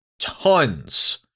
tons